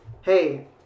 hey